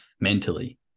mentally